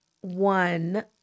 one